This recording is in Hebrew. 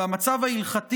והמצב ההלכתי